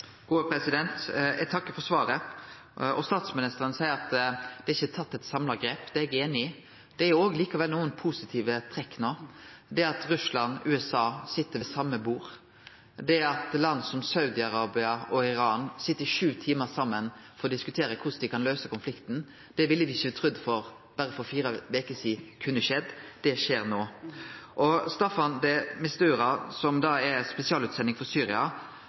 Eg takkar for svaret. Statsministeren seier at det er ikkje tatt eit samla grep, det er eg einig i. Det er likevel òg nokre positive trekk no – det at Russland og USA sit ved same bord, det at land som Saudi-Arabia og Iran sit i sju timar saman og diskuterer korleis dei kan løyse konflikten. Det me ikkje ville trudd for berre fire veker sidan kunne skjedd, skjer no. Staffan de Mistura, som er spesialutsending for Syria,